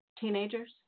teenagers